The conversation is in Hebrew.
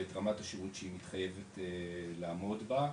ואת רמת השירות שהיא מתחייבת לעמוד בה.